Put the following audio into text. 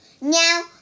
Now